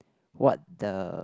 what the